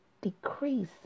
decrease